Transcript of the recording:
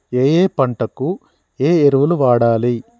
ఏయే పంటకు ఏ ఎరువులు వాడాలి?